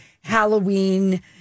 Halloween